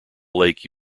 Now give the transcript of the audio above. lake